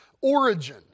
origin